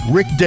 Rick